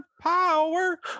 Power